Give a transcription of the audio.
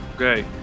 Okay